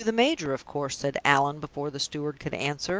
through the major, of course, said allan, before the steward could answer.